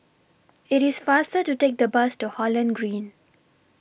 IT IS faster to Take The Bus to Holland Green